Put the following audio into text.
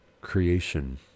creation